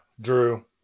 Drew